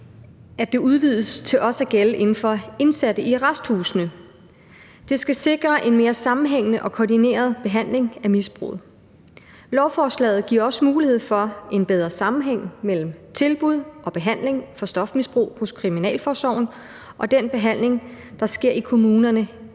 at det udvides til også at gælde for indsatte i arresthusene. Det skal sikre en mere sammenhængende og koordineret behandling af misbruget. Lovforslaget giver også mulighed for en bedre sammenhæng mellem tilbud og behandling for stofmisbrug hos kriminalforsorgen og den behandling, der sker i kommunerne